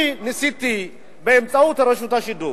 אני ניסיתי באמצעות רשות השידור